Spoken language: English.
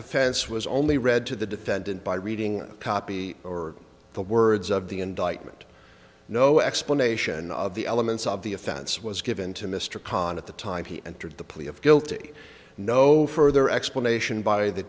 offense was only read to the defendant by reading a copy or the words of the indictment no explanation of the elements of the offense was given to mr khan at the time he entered the plea of guilty no further explanation by the